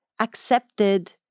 accepted